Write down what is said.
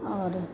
और